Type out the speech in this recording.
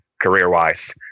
career-wise